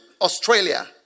Australia